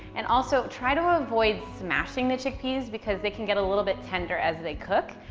and also try to avoid smashing the chickpeas, because they can get a little bit tender as they cook.